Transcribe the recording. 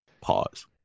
pause